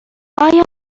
آیا